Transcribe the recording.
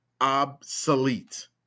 obsolete